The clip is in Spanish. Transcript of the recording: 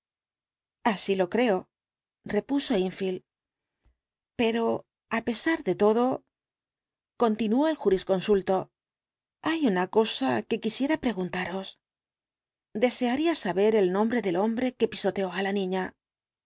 así lo creo repuso enfield pero á pesar de todo continuó el jurisconsulto hay una cosa que quisiera preguntaros desearía saber el nombre del hombre que pisoteó á la niña